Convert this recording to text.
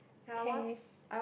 okay